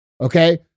Okay